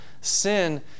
sin